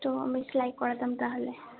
তো আমি সেলাই করাতাম তাহলে